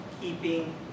keeping